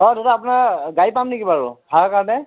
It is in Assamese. হয় দাদা আপোনাৰ গাড়ী পাম নেকি বাৰু ভাড়া কাৰণে